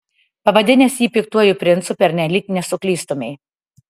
pavadinęs jį piktuoju princu pernelyg nesuklystumei